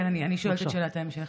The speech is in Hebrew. כן, אני שואלת את שאלת ההמשך.